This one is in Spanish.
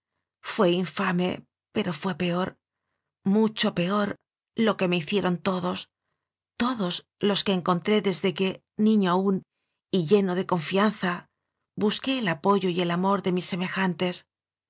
fué infame pero fué peor mucho peor lo que me hicieron todos todos los que encontré desde que niño aún y lleno de confianza busqué el apoyo y el amor de mis semejantes